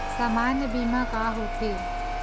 सामान्य बीमा का होथे?